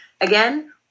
Again